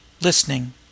listening